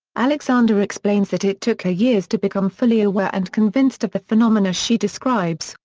alexander explains that it took her years to become fully aware and convinced of the phenomena she describes,